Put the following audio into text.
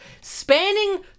spanning